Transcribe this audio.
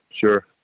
sure